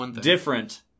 different